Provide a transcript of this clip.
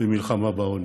למלחמה בעוני.